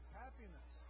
happiness